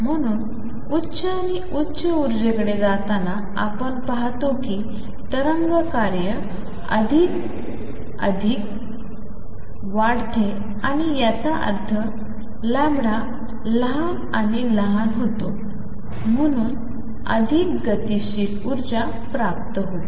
म्हणून उच्च आणि उच्च उर्जेकडे जाताना आपण पाहतो कि तरंग कार्य अधिकाधिक वाकते आणि याचा अर्थ λ लहान आणि लहान होतो म्हणून अधिक गतिशील ऊर्जा प्राप्त होते